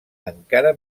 encara